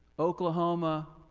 oklahoma,